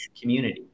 community